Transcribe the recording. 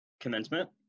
commencement